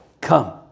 come